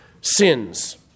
sins